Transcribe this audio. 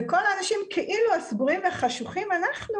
וכל האנשים הסגורים והחשוכים כאילו,